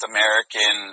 American